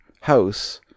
house